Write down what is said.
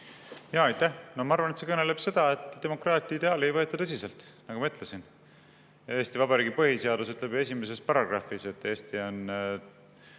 Aitäh! Ma arvan, et see kõneleb seda, et demokraatia ideaale ei võeta tõsiselt, nagu ma ütlesin. Eesti Vabariigi põhiseadus ütleb esimeses paragrahvis, et Eesti on